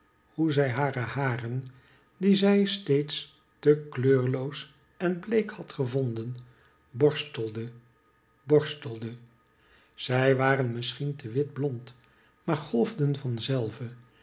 hoe zij hare haren die zij steeds te kleurloos en bleek had gevonden borstelde borstelde zij waren misschien te wit blond maar golfden van zelve